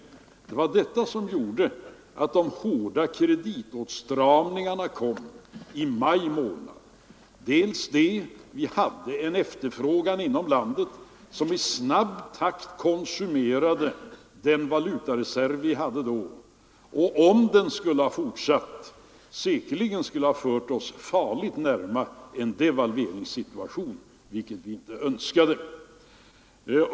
Det var detta som gjorde att de hårda kreditåtstramningarna kom i maj månad. Vi hade ju en efterfrågan inom landet som i snabb takt konsumerade vår valutareserv, och om den hade fortsatt skulle den säkerligen ha fört oss farligt nära en devalveringssituation, vilket vi inte önskade.